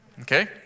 Okay